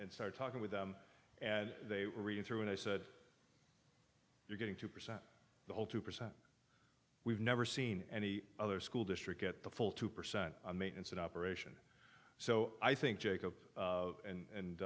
and started talking with them and they read through and i said you're getting two percent the whole two percent we've never seen any other school district at the full two percent maintenance and operation so i think jacob